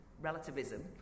relativism